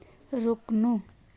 रोक्नु